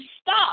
stop